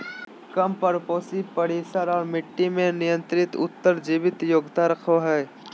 कम परपोषी परिसर और मट्टी में नियंत्रित उत्तर जीविता योग्यता रखो हइ